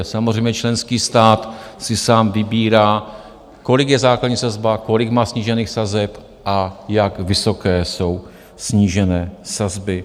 Samozřejmě členský stát si sám vybírá, kolik je základní sazba, kolik má snížených sazeb a jak vysoké jsou snížené sazby.